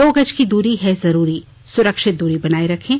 दो गज की दूरी है जरूरी सुरक्षित दूरी बनाए रखें